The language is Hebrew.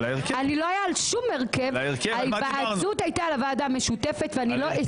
התייעצות על ההרכב.